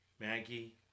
Maggie